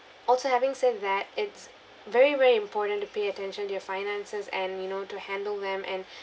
also having said that it's very very important to pay attention to your finances and you know to handle them and